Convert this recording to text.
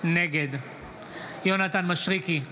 נגד יונתן מישרקי,